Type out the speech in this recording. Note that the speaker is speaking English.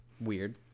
Weird